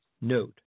note